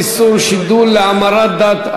איסור שידול להמרת דת),